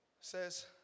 says